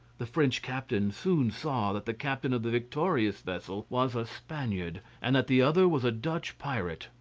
the french captain soon saw that the captain of the victorious vessel was a spaniard, and that the other was a dutch pirate,